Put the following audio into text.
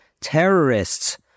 terrorists